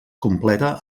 completa